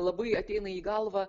labai ateina į galvą